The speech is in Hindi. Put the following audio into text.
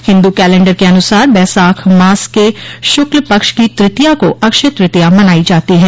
हिन्दू कैलेंडर के अनुसार बैसाख की शुक्ल पक्ष की तृतीया को अक्षय तृतीया मनाई जाती है